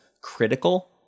critical